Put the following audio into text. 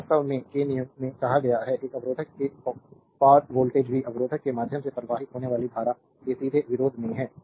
तो वास्तव में के नियम में कहा गया है एक अवरोधक के पार वोल्टेज v अवरोधक के माध्यम से प्रवाहित होने वाली धारा के सीधे विरोध में है